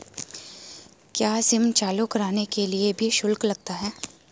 क्या सिम चालू कराने के लिए भी शुल्क लगता है?